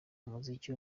umuziki